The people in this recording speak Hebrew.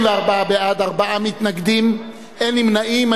בעד, 24, נגד 4, אין נמנעים.